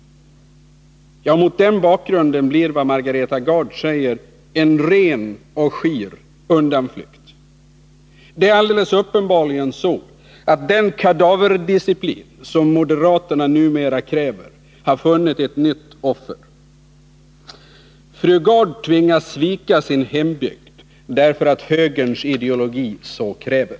Mot den bakgrunden blir vad Margareta Gard säger en ren och skir undanflykt. Det är uppenbarligen så, att den kadaverdisciplin som moderaterna numera kräver har funnit ett nytt offer. Fru Gard tvingas svika sin hembygd, därför att högerns ideologi så kräver.